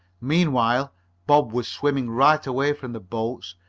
meanwhile bob was swimming right away from the boats,